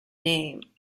name